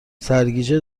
سرگیجه